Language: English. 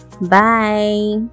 Bye